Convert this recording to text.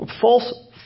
false